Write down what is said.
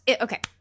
okay